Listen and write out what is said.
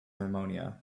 pneumonia